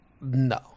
No